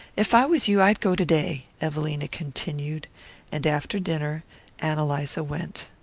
if i was you i'd go to-day, evelina continued and after dinner ann eliza went.